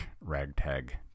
ragtag